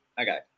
Okay